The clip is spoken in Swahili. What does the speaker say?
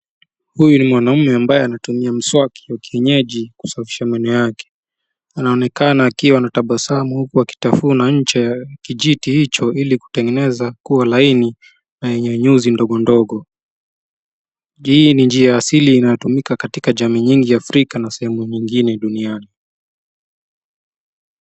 Huyu ni mwanaume ambaye anatumia mswaki wa kienyeji kusafisha meno yake. Anaonekana kuwa na tabasamu huku akitafuna ncha ya kijiti hicho ili kutengeneza kuwa laini na yenye nyuzi ndogo ndogo. Hii ni njia asili inayotumika katika jamii nyingi Afrika na sehemu nyingine duniani.